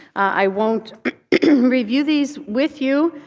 i won't review these with you.